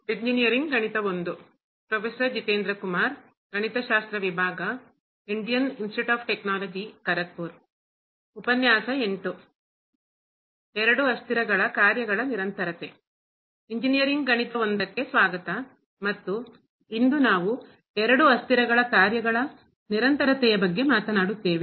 engineering ಗಣಿತ 1ಕ್ಕೆ ಸ್ವಾಗತ ಮತ್ತು ಇಂದು ನಾವು ಎರಡು ಅಸ್ಥಿರಗಳ ಕಾರ್ಯಗಳ ನಿರಂತರತೆಯ ಬಗ್ಗೆ ಮಾತನಾಡುತ್ತೇವೆ